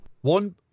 One